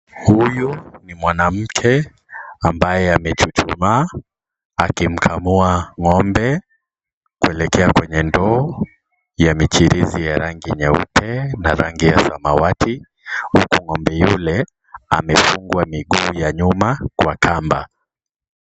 Huyu ni mwanamke ambaye amechuchumaa akimkamua ng'ombe, kuelekea kwenye ndoo ya michirizi ya rangi nyeupe na rangi ya samawati. Huku ng'ombe yule, amefungwa miguu ya nyuma kwa kamba.